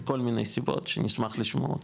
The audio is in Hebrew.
מכל מיני סיבות שנשמח לשמוע.